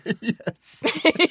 Yes